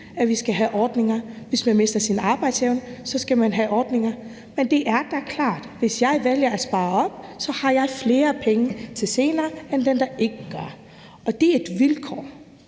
at der skal være ordninger, hvis man bliver syg, og hvis man mister sin arbejdsevne, men det er da klart, at hvis jeg vælger at spare op, har jeg flere penge til senere end dem, der ikke gør, og det er et vilkår